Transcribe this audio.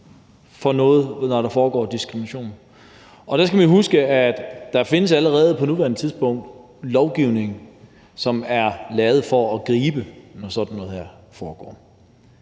for noget, når der foregår diskrimination, og der skal man huske, at der allerede på nuværende tidspunkt findes lovgivning, som er lavet for at gribe det, når sådan noget her foregår.